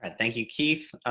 and thank you, keith.